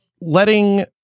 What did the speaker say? Letting